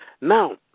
Now